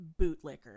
bootlicker